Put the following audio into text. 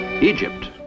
Egypt